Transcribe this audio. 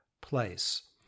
place